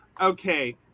Okay